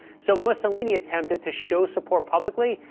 so mussolini attempted to show support publicly,